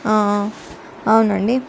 అవునండి